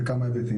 בכמה היבטים.